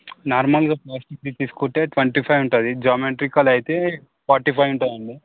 నార్మల్గా తీసుకుంటే twenty five ఉంటుంది జోమెంట్రికల్ అయితే ఫార్టీ ఫైవ్ ఉంటుందండి